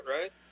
right